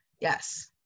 Yes